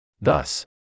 Thus